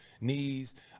knees